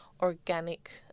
organic